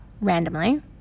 randomly